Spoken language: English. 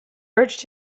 urged